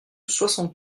soixante